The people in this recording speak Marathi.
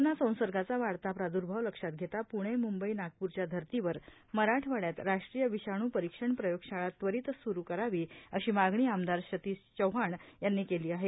कोरोनाचा संसर्गाचा वाढता प्राद्भाव लक्षात प्णे म्ंबई नागप्रच्या धर्तीवर मराठवाङ्यात राष्ट्रीय विषाणू परीक्षण प्रयोगशाळा त्वरीत सुरू करावी अशी मागणी आमदार सतीश चव्हाण यांनी केली आहे